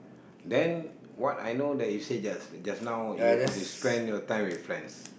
then what I know that you say just just now you you spend your time with friends